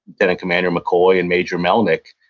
lieutenant commander mccoy and major mellnik,